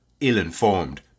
ill-informed